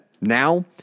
now